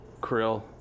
Krill